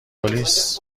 پلیس